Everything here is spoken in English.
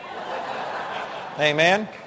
Amen